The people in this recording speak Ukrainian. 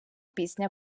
пісня